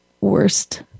worst